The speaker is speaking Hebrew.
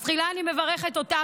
אז תחילה אני מברכת אותך,